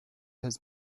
has